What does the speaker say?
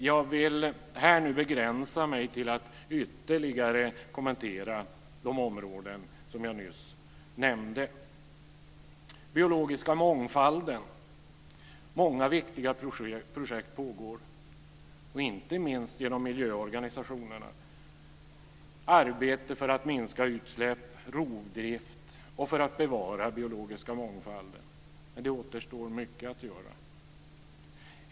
Jag vill här begränsa mig till att ytterligare kommentera de områden som jag nyss nämnde. Beträffande den biologiska mångfalden pågår många viktiga projekt, inte minst genom miljöorganisationerna, arbete för att minska utsläpp och rovdrift och för att bevara den biologiska mångfalden. Men det återstår mycket att göra.